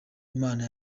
imana